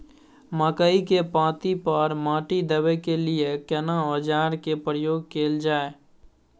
मकई के पाँति पर माटी देबै के लिए केना औजार के प्रयोग कैल जाय?